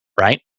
right